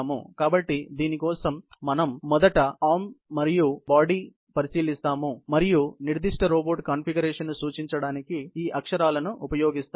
కాబట్టి దీని కోసం మేము మొదట చేయి మరియు బాడీ పరిశీలిస్తాము మరియు నిర్దిష్ట రోబోట్ కాన్ఫిగరేషన్ను సూచించడానికి ఈ అక్షరాలను ఉపయోగిస్తాము